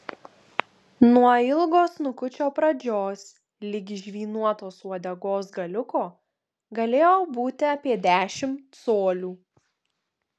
nuo ilgo snukučio pradžios ligi žvynuotos uodegos galiuko galėjo būti apie dešimt colių